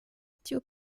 tiu